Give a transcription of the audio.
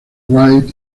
wright